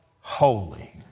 holy